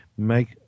Make